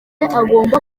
agomba